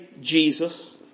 Jesus